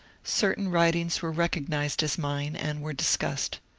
certain writings were recognized as mine, and were discussed.